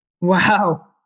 Wow